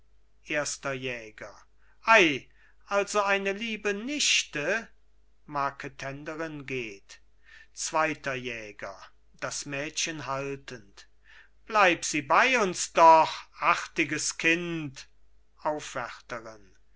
erster jäger ei also eine liebe nichte marketenderin geht zweiter jäger das mädchen haltend bleib sie bei uns doch artiges kind aufwärterin